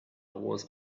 was